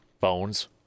phones